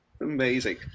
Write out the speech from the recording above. Amazing